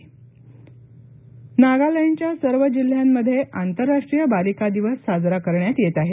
नागालँ नागालँडच्या सर्व जिल्ह्यांमध्ये आंतरराष्ट्रीय बालिका दिवस साजरा करण्यात येत आहे